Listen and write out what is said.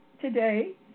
today